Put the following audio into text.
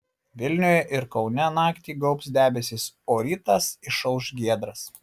vilniuje ir kaune naktį gaubs debesys o rytas išauš giedras